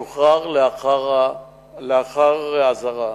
שוחרר לאחר אזהרה.